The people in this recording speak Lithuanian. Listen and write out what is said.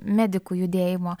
medikų judėjimo